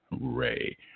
Ray